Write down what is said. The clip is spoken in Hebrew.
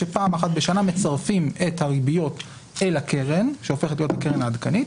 שפעם אחת בשנה מצרפים את הריביות אל הקרן שהופכת להיות לקרן העדכנית.